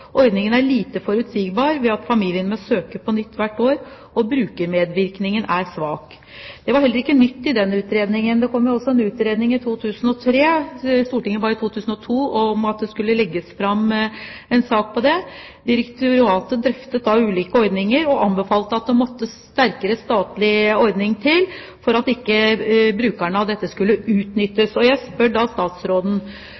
Ordningen er lite forutsigbar ved at familien må søke på nytt hvert år og brukermedvirkningen er svak». Det var heller ikke nytt i den utredningen. Det kom også en utredning i 2003. Stortinget ba i 2002 om at det skulle legges fram en sak om omsorgslønnsordninger. Direktoratet drøftet da ulike ordninger, og anbefalte at det måtte en sterkere statlig ordning til for at ikke omsorgsyterne skulle